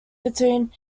between